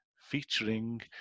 featuring